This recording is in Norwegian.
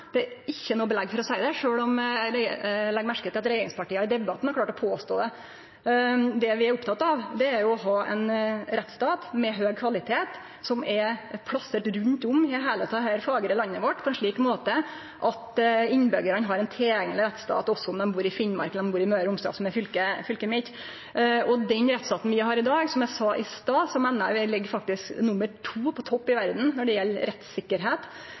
Det er ikkje noko belegg for å seie det, sjølv om eg legg merke til at regjeringspartia i debatten har klart å påstå det. Det vi er opptekne av, er å ha ein rettsstat med høg kvalitet som er plassert rundt om i heile dette fagre landet vårt på en slik måte at innbyggjarane har ein tilgjengeleg rettsstat også om dei bur i Finnmark, eller i Møre og Romsdal, som er fylket mitt. Som eg sa i stad: Den rettsstaten vi har i dag, meiner eg faktisk ligg som topp to i verda når det gjeld rettssikkerheit. Det sikrar vi med dagens struktur, med dommarar som er fenomenalt godt i